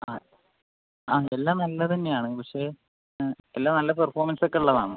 ആ ആ എല്ലാം നല്ല തന്നെ ആണ് പക്ഷെ എല്ലാം നല്ല പെർഫോമൻസ് ഒക്കെ ഉള്ളത് ആണ്